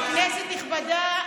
כנסת נכבדה,